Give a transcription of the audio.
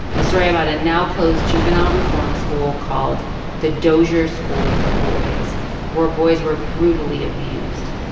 a story about a now-closed juvenile reform school called the dozier school for boys where boys were brutally abused.